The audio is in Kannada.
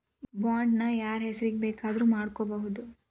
ಬಾಂಡ್ ನ ಯಾರ್ಹೆಸ್ರಿಗ್ ಬೆಕಾದ್ರುಮಾಡ್ಬೊದು?